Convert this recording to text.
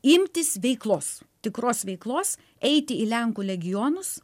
imtis veiklos tikros veiklos eiti į lenkų legionus